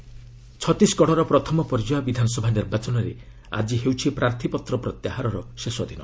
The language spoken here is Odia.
ଛତିଶଗଡ଼ ଇଲେକ୍ସନ୍ ଛତିଶଗଡ଼ର ପ୍ରଥମ ପର୍ଯ୍ୟାୟ ବିଧାନସଭା ନିର୍ବାଚନରେ ଆଜି ହେଉଛି ପ୍ରାର୍ଥୀପତ୍ର ପ୍ରତ୍ୟାହାରର ଶେଷଦିନ